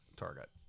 target